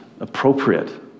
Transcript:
Appropriate